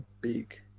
big